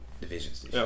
divisions